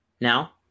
now